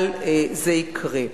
אבל זה יקרה.